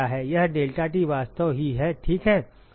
यह deltaT वास्तविक ही है ठीक है